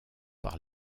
par